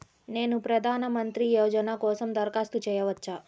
నేను ప్రధాన మంత్రి యోజన కోసం దరఖాస్తు చేయవచ్చా?